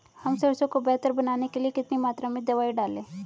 हम सरसों को बेहतर बनाने के लिए कितनी मात्रा में दवाई डालें?